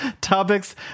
topics